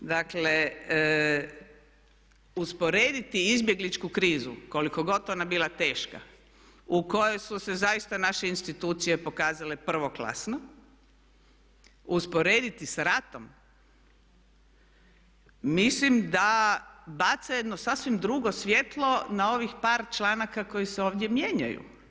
Dakle usporediti izbjegličku krizu, koliko god ona bila teška, u kojoj su se zaista naše institucije pokazale prvoklasno, usporediti s ratom, mislim da baca jedno sasvim drugo svjetlo na ovih par članaka koji se ovdje mijenjaju.